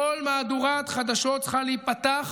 כל מהדורת חדשות צריכה להיפתח